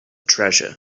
treasure